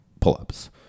pull-ups